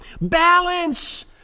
Balance